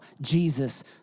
Jesus